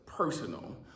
personal